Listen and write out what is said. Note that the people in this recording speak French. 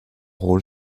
rôle